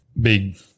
big